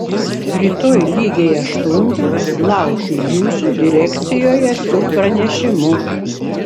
rytoj lygiai aštuntą laukiu jūsų direkcijoje su pranešimu